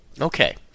Okay